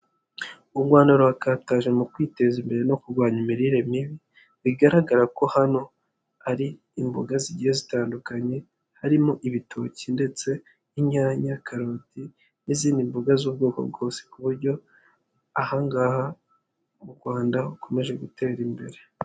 U Rwanda rurakataje mu kwiteza imbere no kurwanya imirire mibi bigaragara ko hano hari imboga zigiye zitandukanye harimo ibitoki ndetse n'inyanya, karoti n'izindi mboga z'ubwoko bwose ku buryo aha ngaha u Rwanda rukomeje gutera imbere.